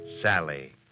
Sally